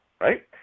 right